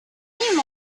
him